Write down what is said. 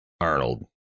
Arnold